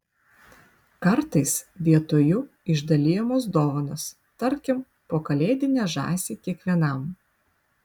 kartais vietoj jų išdalijamos dovanos tarkim po kalėdinę žąsį kiekvienam